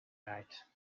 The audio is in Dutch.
rijdt